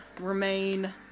remain